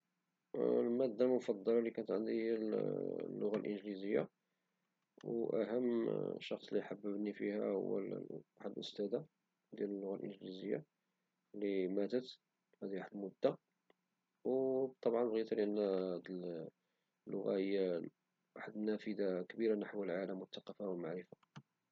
المادة المفضلة لي كانت عندي هي اللغة الإنجليزية وأهم شخص لي حببني فيها هو واحد الأستاذة ديال اللغة الإنجليزية لي ماتت هدي واحد المدة وطبعا بغيتا لأن هد اللغة هي نافذة كبيرة نحو العالم والثقافة والمعرفة.